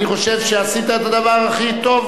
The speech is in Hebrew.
אני חושב שעשית את הדבר הכי טוב,